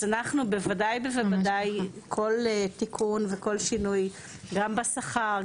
אז אנחנו בוודאי ובוודאי כל תיקון וכל שינוי גם בשכר,